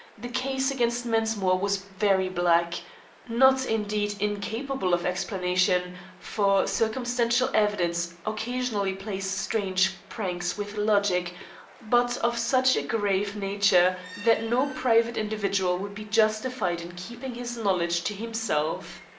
the case against mensmore was very black not, indeed, incapable of explanation for circumstantial evidence occasionally plays strange pranks with logic but of such a grave nature that no private individual would be justified in keeping his knowledge to himself.